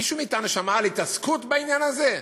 מישהו מאתנו שמע על התעסקות בעניין הזה?